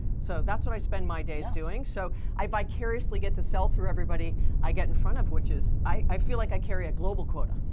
so that's what i spend my days doing. so i vicariously get to sell through everybody i get in front of which is, i feel like i carry a global quota.